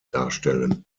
darstellen